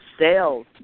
sales